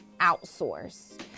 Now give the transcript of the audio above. outsource